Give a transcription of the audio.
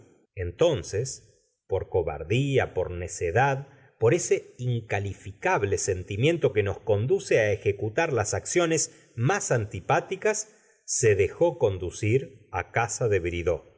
entonces por cobardía por necedad por ese incalificable sentimiento que nos conduce á ej ecutar las a cciones más antipáticas se dejó conducir á casa de